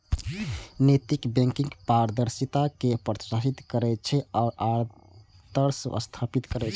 नैतिक बैंकिंग पारदर्शिता कें प्रोत्साहित करै छै आ आदर्श स्थापित करै छै